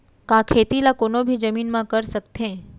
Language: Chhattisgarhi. का खेती ला कोनो भी जमीन म कर सकथे?